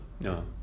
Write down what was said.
No